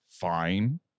fine